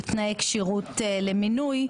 תנאי כשירות למינוי,